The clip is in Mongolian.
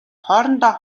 хоорондоо